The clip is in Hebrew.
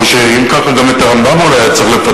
אז אם ככה אולי גם את הרמב"ם היה צריך לפטר,